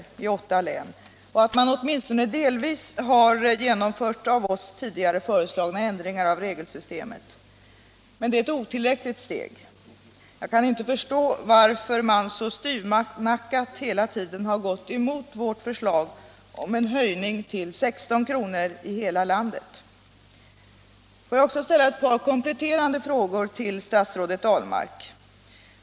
i åtta län och att man åtminstone delvis har genomfört av oss tidigare föreslagna ändringar av regelsystemet. Men det är ett otillräckligt steg. Jag kan inte förstå varför man så styvnackat hela tiden gått emot vårt förslag om en höjning till 16 kr. i hela landet. Jag vill ställa ett par kompletterande frågor till statsrådet Ahlmark.